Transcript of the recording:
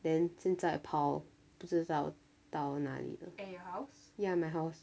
then 现在跑不知道到哪里的 ya my house